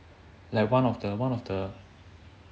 like one of the one of the